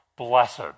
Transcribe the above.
Blessed